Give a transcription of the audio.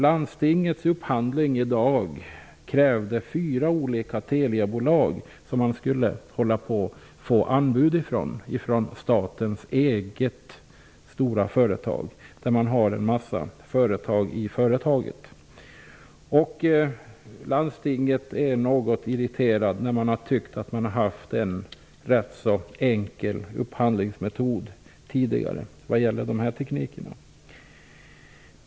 Landstingets upphandling kräver i dag anbud från fyra olika Teliabolag, dvs. statens egna företag där det finns företag i företaget. Man är rätt irriterade inom landstinget. Man tycker där att man tidigare har haft en rätt enkel upphandlingsmetod för dessa tekniker.